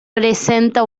presenta